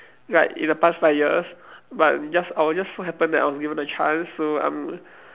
like in the past five years but just I was just so happened I was given a chance to um